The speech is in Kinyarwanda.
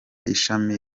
ishami